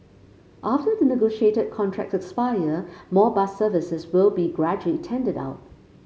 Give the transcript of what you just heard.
after the negotiated contracts expire more bus services will be gradually tendered out